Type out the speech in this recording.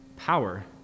power